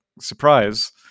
surprise